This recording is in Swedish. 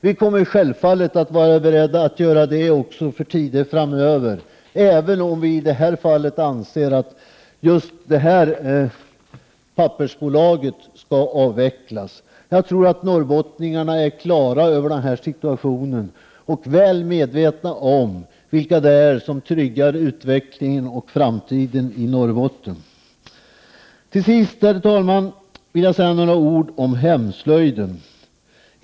Vi kommer självfallet att vara beredda att göra detta också för tiden framöver, även om vi i detta fall anser att pappersbolaget NJA skall avvecklas. Jag tror att norrbottningarna är på det klara med denna situation och väl medvetna om vilka det är som tryggar utvecklingen och framtiden i Norrbotten. Till sist, herr talman, vill jag med några ord beröra hemslöjden.